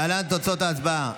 להלן תוצאות ההצבעה,